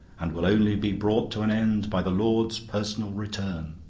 and will only be brought to an end by the lord's personal return.